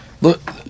Look